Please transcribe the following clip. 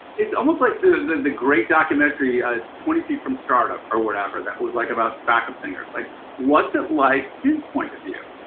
it's almost like the great documentary ah twenty feet from stardom, or whatever, that was like about the backup singers. like what's it like his point of view?